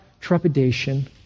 trepidation